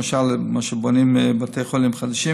למשל מה שבונים בבתי חולים חדשים,